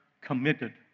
committed